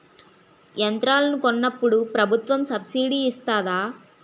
యంత్రాలను కొన్నప్పుడు ప్రభుత్వం సబ్ స్సిడీ ఇస్తాధా?